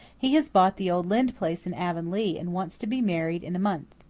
he has bought the old lynde place in avonlea and wants to be married in a month.